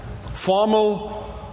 formal